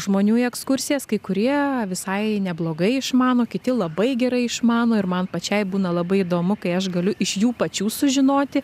žmonių į ekskursijas kai kurie visai neblogai išmano kiti labai gerai išmano ir man pačiai būna labai įdomu kai aš galiu iš jų pačių sužinoti